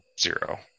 zero